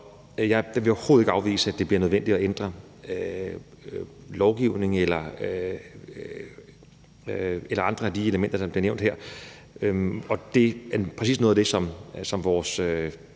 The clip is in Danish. Jeg vil overhovedet ikke afvise, at det bliver nødvendigt at ændre lovgivning eller andre af de elementer, der bliver nævnt her. Det er præcis noget af det, som vores